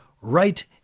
right